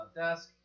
desk